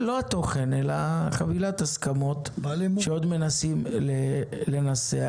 לא, לא התוכן אלא חבילת הסכמות שעוד מנסים לנסח.